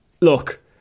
look